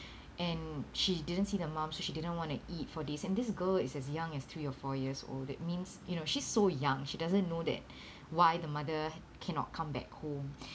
and she didn't see the mum so she didn't want to eat for days and this girl is as young as three or four years old it means you know she's so young she doesn't know that why the mother cannot come back home